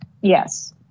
Yes